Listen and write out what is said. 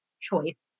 choice